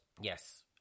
Yes